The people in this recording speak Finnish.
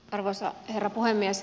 arvoisa herra puhemies